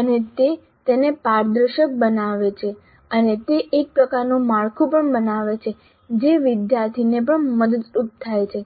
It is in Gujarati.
અને તે તેને પારદર્શક બનાવે છે અને તે એક પ્રકારનું માળખું પણ બનાવે છે જે વિદ્યાર્થીને પણ મદદરૂપ થાય છે